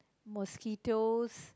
mosquitoes